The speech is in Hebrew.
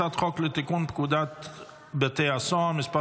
הצעת חוק לתיקון פקודת בתי הסוהר (מס'